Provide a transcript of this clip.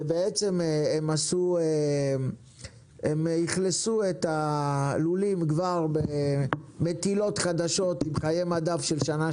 ובעצם הם אכלסו את הלולים כבר במטילות חדשות עם חיי מדף של שנה,